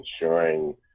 ensuring